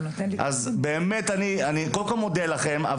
אני מודה לכם.